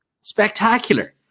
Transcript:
spectacular